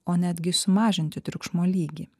o netgi sumažinti triukšmo lygį